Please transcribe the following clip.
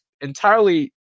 entirely